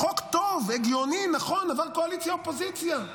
חוק טוב, הגיוני, נכון, עבר קואליציה ואופוזיציה,